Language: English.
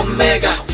Omega